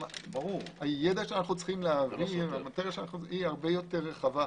הידע שאנו צריכים להעביר הרבה יותר רחבה.